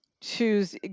choose